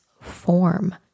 form